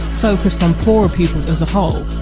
focused on poorer pupils as a whole,